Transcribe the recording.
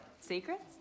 Secrets